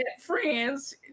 friends